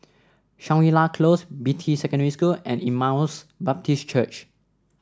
Shangri La Close Beatty Secondary School and Emmaus Baptist Church